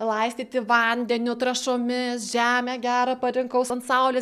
laistyti vandeniu trąšomis žemę gerą parinkau ant saulės